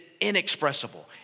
inexpressible